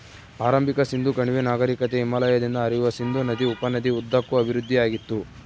ಆರಂಭಿಕ ಸಿಂಧೂ ಕಣಿವೆ ನಾಗರಿಕತೆ ಹಿಮಾಲಯದಿಂದ ಹರಿಯುವ ಸಿಂಧೂ ನದಿ ಉಪನದಿ ಉದ್ದಕ್ಕೂ ಅಭಿವೃದ್ಧಿಆಗಿತ್ತು